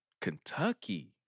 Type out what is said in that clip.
Kentucky